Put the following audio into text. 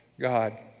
God